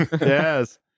Yes